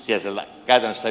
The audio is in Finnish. arvoisa puhemies